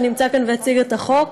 שנמצא כאן והציג את החוק,